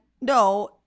no